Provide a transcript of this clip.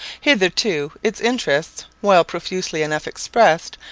hitherto its interest, while profusely enough expressed,